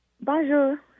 Bonjour